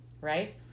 Right